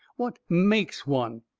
what makes one?